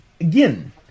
again